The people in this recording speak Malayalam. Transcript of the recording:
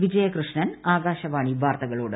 വിജയകൃഷ്ണൻ ആകാശവാണി വാർത്തകളോട്